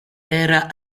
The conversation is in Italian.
era